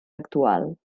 actual